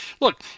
look